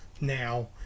now